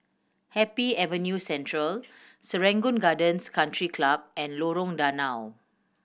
Happy Avenue Central Serangoon Gardens Country Club and Lorong Danau